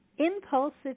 Impulsive